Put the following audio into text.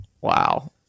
wow